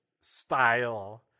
style